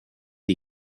die